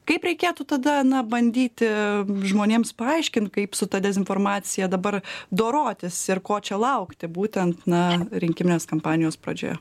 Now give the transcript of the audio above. kaip reikėtų tada na bandyti žmonėms paaiškint kaip su ta dezinformacija dabar dorotis ir ko čia laukti būtent na rinkiminės kampanijos pradžioje